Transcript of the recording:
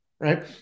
right